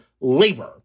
labor